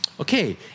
Okay